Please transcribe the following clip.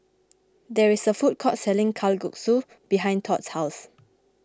there is a food court selling Kalguksu behind Tod's house